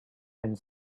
and